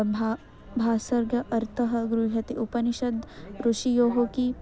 भा भासः अर्थः गृह्यते उपनिषद् ऋषियोः किं